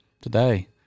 today